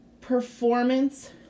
performance